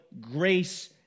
grace